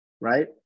right